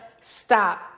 stop